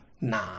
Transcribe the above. Nah